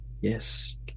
yes